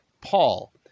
Paul